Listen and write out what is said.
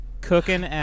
Cooking